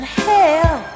hell